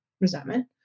resentment